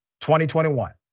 2021